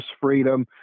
freedom